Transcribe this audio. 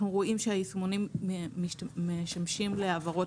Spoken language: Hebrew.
אנחנו רואים שהיישומונים משמשים להעברות